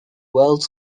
world